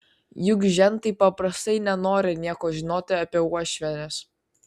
juk žentai paprastai nenori nieko žinoti apie uošvienes